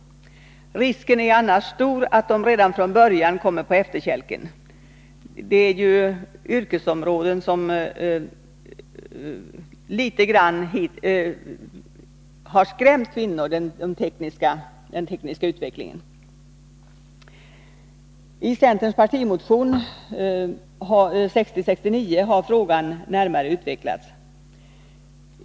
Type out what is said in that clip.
Risken är annars stor att de redan från början kommer på efterkälken. Den tekniska utvecklingen och de tekniska yrkesområdena har ju tidigare litet grand skrämt kvinnor. I centerns partimotion nr 1669 har frågan närmare utvecklats.